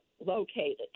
located